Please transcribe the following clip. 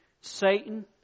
Satan